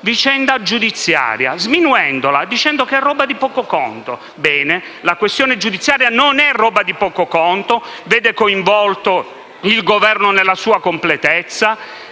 vicenda giudiziaria, sminuendola e definendola roba di poco conto. Bene, la questione giudiziaria non è roba di poco conto, ma vede coinvolto il Governo nella sua completezza,